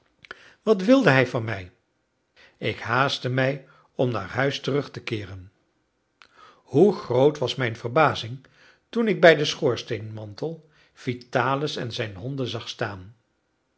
wat wilde hij van mij ik haastte mij om naar huis terug te keeren hoe groot was mijn verbazing toen ik bij den schoorsteenmantel vitalis en zijn honden zag staan